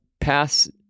pass